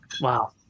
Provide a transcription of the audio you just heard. Wow